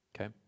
Okay